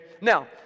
now